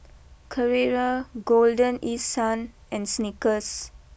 Carrera Golden East Sun and Snickers